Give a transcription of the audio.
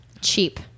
cheap